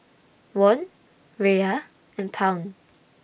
Won Riyal and Pound